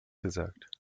gesagt